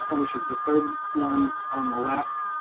which is the third one on the left,